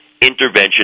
intervention